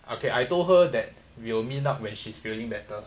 okay I told her that we will meet up when she's feeling better